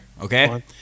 Okay